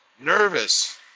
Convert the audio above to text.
nervous